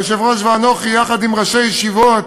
היושב-ראש ואנוכי, יחד עם ראשי ישיבות